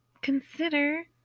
consider